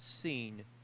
seen